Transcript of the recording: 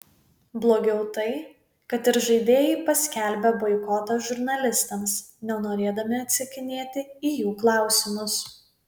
blogiau tai kad ir žaidėjai paskelbė boikotą žurnalistams nenorėdami atsakinėti į jų klausimus